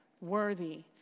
worthy